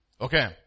Okay